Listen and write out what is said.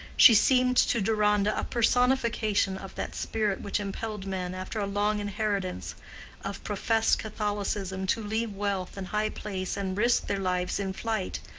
she seemed to deronda a personification of that spirit which impelled men after a long inheritance of professed catholicism to leave wealth and high place and risk their lives in flight,